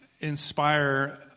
inspire